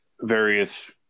various